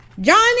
Johnny